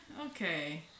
okay